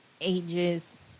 ages